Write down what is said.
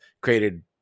created